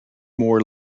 more